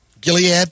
Gilead